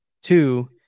Two